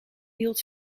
hield